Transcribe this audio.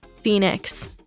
Phoenix